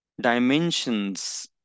dimensions